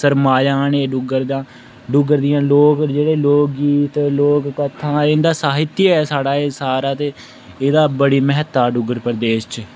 सरमाया न एह् डुग्गर दा डुग्गर दियां लोक जेह्ड़े लोकगीत लोक कत्थां इं'दा साहित्य ऐ एह् सारा ते एह्दा बड़ी म्हत्ता डुग्गर प्रदेश च